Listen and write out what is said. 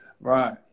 Right